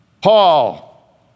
Paul